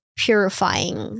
purifying